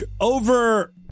over